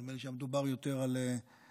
נדמה לי שהיה מדובר יותר על מקנה,